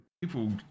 people